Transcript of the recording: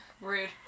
Rude